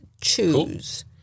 choose